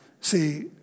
See